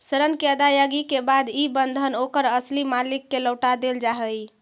ऋण के अदायगी के बाद इ बंधन ओकर असली मालिक के लौटा देल जा हई